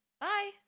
bye